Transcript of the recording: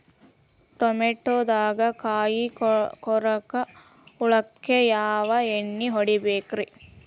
ಟಮಾಟೊದಾಗ ಕಾಯಿಕೊರಕ ಹುಳಕ್ಕ ಯಾವ ಎಣ್ಣಿ ಹೊಡಿಬೇಕ್ರೇ?